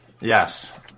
Yes